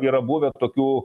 yra buvę tokių